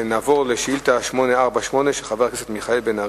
חברת הכנסת ליה שמטוב שאלה את שר המשפטים ביום י"ז באדר